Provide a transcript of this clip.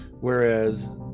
Whereas